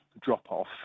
drop-off